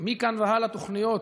מכאן והלאה, תוכניות